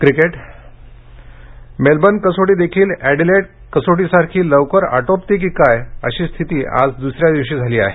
cricket Melbourne कसोटी देखील Adelaide कसोटीसारखी लवकर आटोपते की काय अशी स्थिती आज द्सऱ्या दिवशी झाली आहे